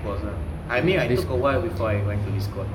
of course uh I mean I took awhile before I went to discord